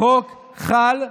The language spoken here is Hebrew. החוק חל,